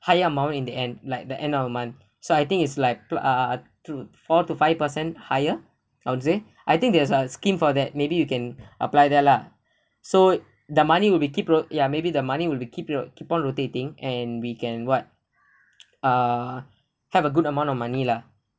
higher amount in the end like the end of the month so I think is like to ah to four to five percent higher I would say I think there's a scheme for that maybe you can apply that lah so the money will be keep roll ya maybe the money will be keep roll keep on rotating and we can what uh have a good amount of money lah